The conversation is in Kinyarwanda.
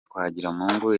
twagiramungu